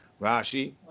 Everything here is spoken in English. Rashi